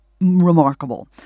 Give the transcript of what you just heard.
remarkable